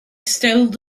stole